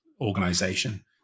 organization